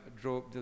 drove